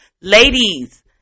ladies